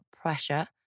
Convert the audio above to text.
pressure